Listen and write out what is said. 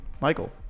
Michael